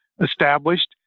established